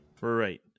right